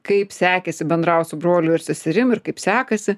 kaip sekėsi bendrauti su broliu ar seserim ir kaip sekasi